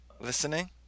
listening